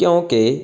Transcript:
ਕਿਉਂਕਿ